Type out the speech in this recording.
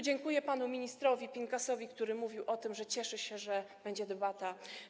Dziękuję panu ministrowi Pinkasowi, który mówił o tym, że cieszy się, że będzie debata.